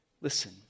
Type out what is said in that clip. Listen